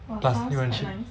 plus it's cheap